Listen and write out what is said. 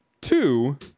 Two